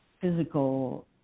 physical